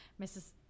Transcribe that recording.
Mrs